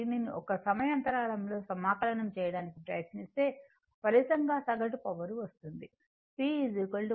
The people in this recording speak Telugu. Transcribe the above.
దీనిని ఒక సమయ అంతరాళములో సమాకలనం చేయడానికి ప్రయత్నిస్తే ఫలితంగా సగటు పవర్ వస్తుంది